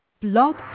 Blog